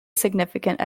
significant